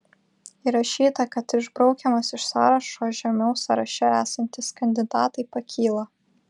įrašyta kad išbraukiamas iš sąrašo o žemiau sąraše esantys kandidatai pakyla